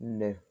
no